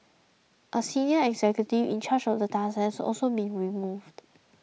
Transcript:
a senior executive in charge of the task has also been removed